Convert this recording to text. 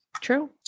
True